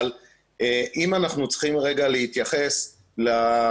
אבל אם אנחנו צריכים רגע להתייחס לשקופיות